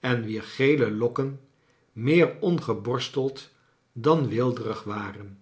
en wier gele lokken meer ongeborsteld dan weelderig waren